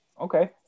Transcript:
Okay